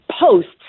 posts